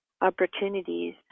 opportunities